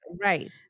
right